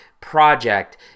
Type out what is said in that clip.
project